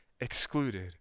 excluded